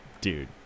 dude